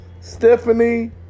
Stephanie